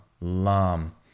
lam